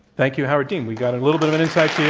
thank you, howard dean. we got a little bit of insight